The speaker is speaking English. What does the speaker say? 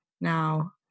now